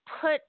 put